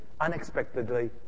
unexpectedly